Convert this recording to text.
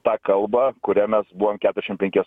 tą kalbą kuria mes buvom keturiasdešimt penkias